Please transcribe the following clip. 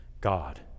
God